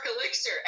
Elixir